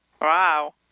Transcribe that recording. Wow